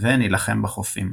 ו"נילחם בחופים".